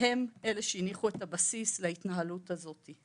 הם אלו שהניחו את הבסיס להתנהלות הזו,